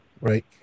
right